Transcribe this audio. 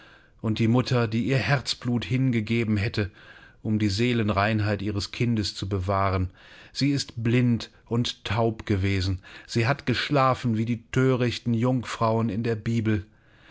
und die mutter die ihr herzblut hingegeben hätte um die seelenreinheit ihres kindes zu bewahren sie ist blind und taub gewesen sie hat geschlafen wie die thörichten jungfrauen in der bibel